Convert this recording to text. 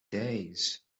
days